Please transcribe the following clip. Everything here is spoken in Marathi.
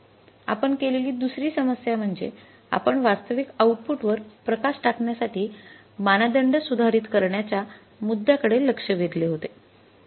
आपण केलेली दुसरी समस्या म्हणजे आपण वास्तविक आऊटपुट वर प्रकाश टाकण्यासाठी मानदंड सुधारित करण्याच्या मुद्दयाकडे लक्ष वेधले होते